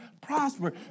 prosper